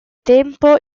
tempo